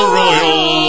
royal